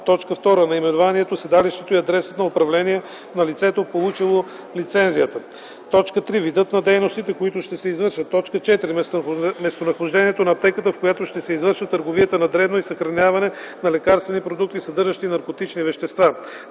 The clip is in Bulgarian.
2. наименованието, седалището и адресът на управление на лицето, получило лицензията; 3. видът на дейностите, които ще се извършват; 4. местонахождението на аптеката, в която се извършва търговия на дребно и съхраняване на лекарствени продукти, съдържащи наркотични вещества;